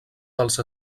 dels